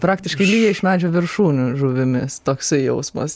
praktiškai lyja iš medžių viršūnių žuvimis toksai jausmas